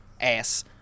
ass